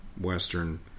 western